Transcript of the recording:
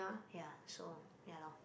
ya so ya lor